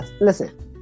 listen